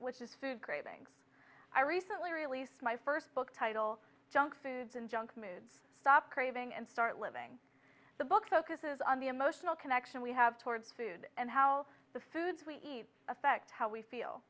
which is food cravings i recently released my first book title junk foods and junk moods stop craving and start living the book focuses on the emotional connection we have towards food and how the foods we eat affect how we feel